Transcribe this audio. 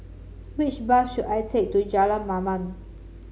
which bus should I take to Jalan Mamam